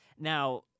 Now